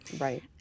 right